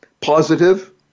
positive